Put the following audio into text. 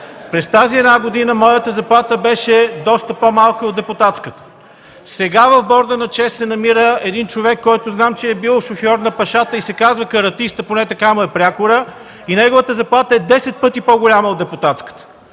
През тази година моята заплата беше доста по-малка и от депутатската. Сега в борда на ЧЕЗ се намира човек, който знам, че е бил шофьор на Пашата и се казва Каратиста, поне така му е прякора и неговата заплата е десет пъти по-голяма от депутатската.